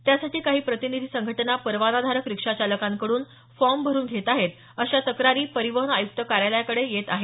त्यासाठी काही प्रतिनिधी संघटना परवानाधारक रिक्षाचालकांकडून फॉर्म भरून घेत आहेत अशा तक्रारी परिवहन आयुक्त कार्यालयाकडे येत आहेत